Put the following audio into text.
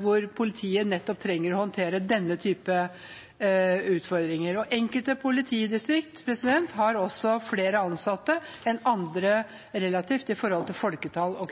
hvor politiet trenger å håndtere denne typen utfordringer. Flertallet i komiteen viser til at enkelte politidistrikt nødvendigvis vil ha flere ansatte enn andre, relativt til folketall og